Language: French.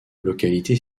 localité